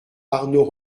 arnaud